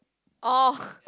oh